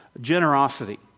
generosity